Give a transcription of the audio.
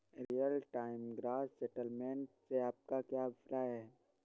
Real time gross settlement से आपका क्या अभिप्राय है?